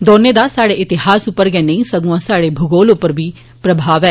दौनें दा साड्डे इतिहास पर गै नेई संगुआ साहड़ी भूगोल उप्पर बी प्रभाव ऐ